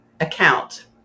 account